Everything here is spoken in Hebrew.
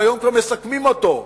והיום כבר מסכמים אותו,